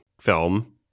film